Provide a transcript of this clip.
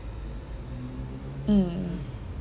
mm